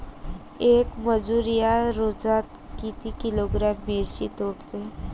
येक मजूर या रोजात किती किलोग्रॅम मिरची तोडते?